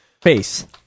face